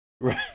Right